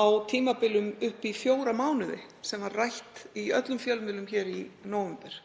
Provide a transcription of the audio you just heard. á tímabilum upp í fjóra mánuði, sem var rætt í öllum fjölmiðlum hér í nóvember.